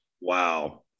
Wow